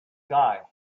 guy